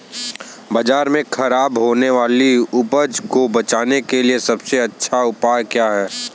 बाजार में खराब होने वाली उपज को बेचने के लिए सबसे अच्छा उपाय क्या है?